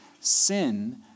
sin